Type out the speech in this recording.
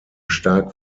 stark